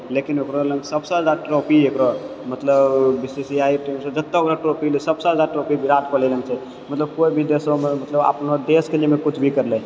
लेकिन ओकरो लेल सभसँ जादा ट्रॉफी एकरो मतलब बी सी सी आइ के जते ओकरा ट्रॉफी भेलै सभसँ ज्यादा ट्रॉफी विराट कोहली लगमे छै मतलब कोइ भी देशोमे देशके लिअ कुछ भी करले